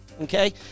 okay